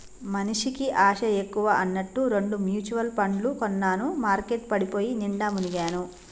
మనిషికి ఆశ ఎక్కువ అన్నట్టు రెండు మ్యుచువల్ పండ్లు కొన్నాను మార్కెట్ పడిపోయి నిండా మునిగాను